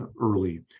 early